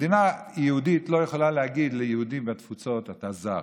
מדינה יהודית לא יכולה להגיד ליהודי מהתפוצות: אתה זר,